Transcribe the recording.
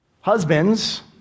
Husbands